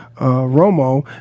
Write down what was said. Romo